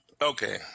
Okay